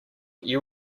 you